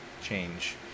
change